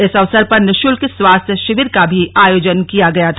इस अवसर पर निशुल्क स्वास्थ्य शिविर का भी आयोजन किया गया था